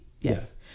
yes